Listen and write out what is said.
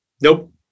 nope